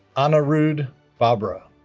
anirudh bhabra